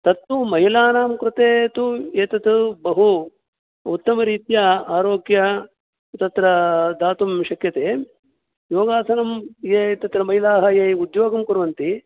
तत्तु महिलानां कृते तु एतत् बहु उत्तमरीत्या आरोग्य तत्र दातुं शक्यते योगासनं ये तत्र महिलाः ये उद्योगं कुर्वन्ति